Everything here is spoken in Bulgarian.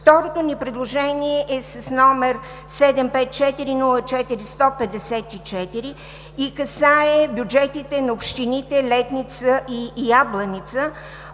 Второто ни предложение е с № 754-04-154 и касае бюджетите на общините Летница и Ябланица.